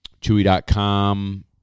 Chewy.com